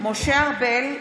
משה ארבל,